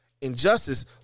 Injustice